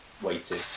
waiting